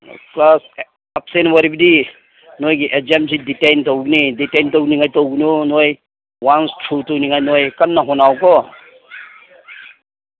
class absent ꯑꯣꯏꯔꯕꯗꯤ ꯅꯣꯏꯒꯤ ꯑꯦꯛꯖꯥꯝꯁꯤ ꯗꯤꯇꯦꯟ ꯇꯧꯒꯅꯤ ꯗꯤꯇꯦꯟ ꯇꯧꯅꯤꯉꯥꯏ ꯇꯧꯒꯅꯨ ꯅꯣꯏ ꯋꯥꯟꯆ ꯊ꯭ꯔꯨ ꯇꯧꯅꯤꯉꯥꯏ ꯅꯣꯏ ꯀꯟꯅ ꯍꯣꯠꯅꯧꯀꯣ